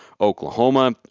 Oklahoma